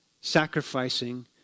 sacrificing